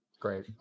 Great